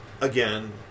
again